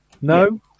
No